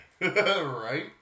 Right